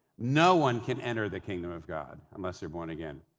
no one can enter the kingdom of god unless they're born again.